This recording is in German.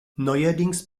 neuerdings